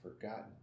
forgotten